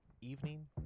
evening